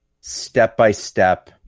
step-by-step